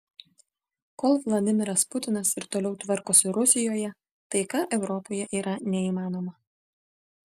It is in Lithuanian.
kol vladimiras putinas ir toliau tvarkosi rusijoje taika europoje yra neįmanoma